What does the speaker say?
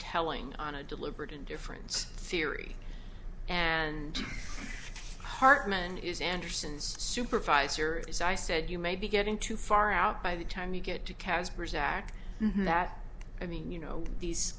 telling on a deliberate indifference theory and hartman is anderson's supervisor as i said you may be getting too far out by the time you get to casper zack that i mean you know these